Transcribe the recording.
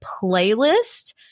playlist